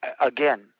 again